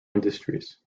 industries